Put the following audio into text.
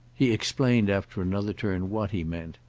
he explained after another turn what he meant.